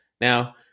now